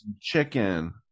Chicken